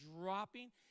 dropping